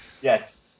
Yes